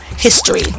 history